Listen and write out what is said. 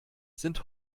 sind